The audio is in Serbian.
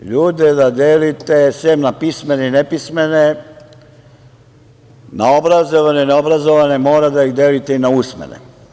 Morate ljude da delite, sem na pismene i nepismene, na obrazovane, ne obrazovane, morate da ih delite i na usmene.